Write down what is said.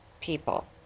people